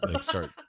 start